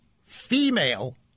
female